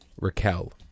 Raquel